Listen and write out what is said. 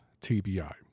TBI